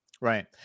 Right